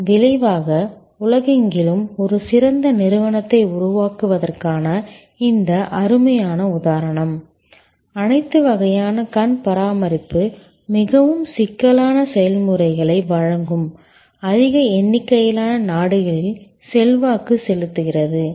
இதன் விளைவாக உலகெங்கிலும் ஒரு சிறந்த நிறுவனத்தை உருவாக்குவதற்கான இந்த அருமையான உதாரணம் அனைத்து வகையான கண் பராமரிப்பு மிகவும் சிக்கலான செயல்முறைகளை வழங்கும் அதிக எண்ணிக்கையிலான நாடுகளில் செல்வாக்கு செலுத்துகிறது